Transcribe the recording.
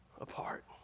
apart